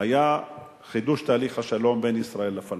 היה חידוש תהליך השלום בין ישראל לפלסטינים.